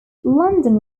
london